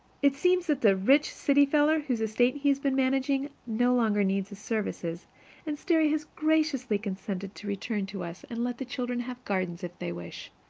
it seems that the rich city feller whose estate he has been managing no longer needs his services and sterry has graciously consented to return to us and let the children have gardens if they wish.